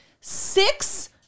six